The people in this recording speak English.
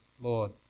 Lord